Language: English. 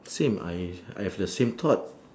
same I I've the same thought